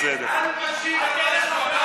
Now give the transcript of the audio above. אל תשיב על מה שהוא אמר,